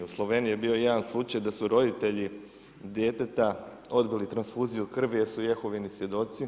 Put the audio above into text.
U Sloveniji je bio jedan slučaj da su roditelji djeteta odbili transfuziju krvi jer su Jehovini svjedoci.